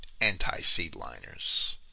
anti-seedliners